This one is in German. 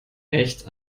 echt